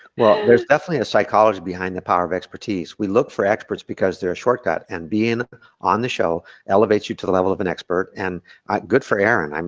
well, there's definitely a psychology behind the power of expertise. we look for experts because they're a shortcut and being on the show elevates you to the level of an expert and good for aaron.